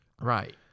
Right